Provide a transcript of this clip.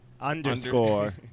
Underscore